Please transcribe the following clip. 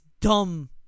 dumb